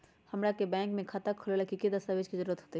हमरा के बैंक में खाता खोलबाबे ला की की दस्तावेज के जरूरत होतई?